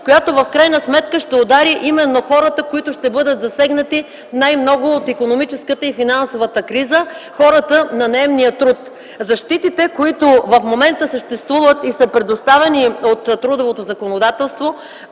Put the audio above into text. която в крайна сметка ще удари именно хората, които ще бъдат засегнати най-много от икономическата и финансовата криза, хората на наемния труд. Защитите, които в момента съществуват и са предоставени от трудовото законодателство,